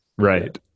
right